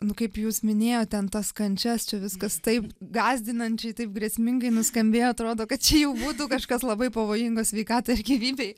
nu kaip jūs minėjot ten tas kančias čia viskas taip gąsdinančiai taip grėsmingai nuskambėjo atrodo kad čia jau būtų kažkas labai pavojingo sveikatai ar gyvybei